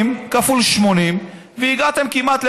40 כפול 80 והגעתם כמעט,